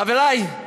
חברי,